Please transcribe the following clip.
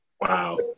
Wow